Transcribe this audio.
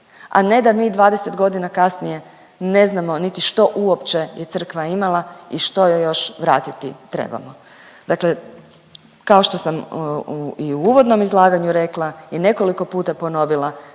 A ne da mi 20 godina kasnije ne znamo niti što uopće je crkva imala i što joj još vratiti trebamo. Dakle, kao što sam i u uvodnom izlaganju rekla i nekoliko puta ponovila